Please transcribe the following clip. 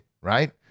right